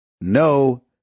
no